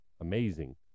amazing